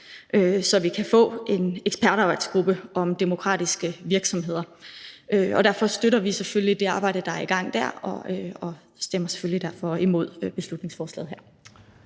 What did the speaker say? så vi kan få en ekspertarbejdsgruppe om demokratiske virksomheder. Derfor støtter vi selvfølgelig det arbejde, der er i gang dér, og stemmer selvfølgelig derfor imod beslutningsforslaget.